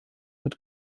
mit